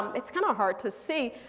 it's kind of hard to see.